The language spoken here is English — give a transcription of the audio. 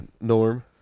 Norm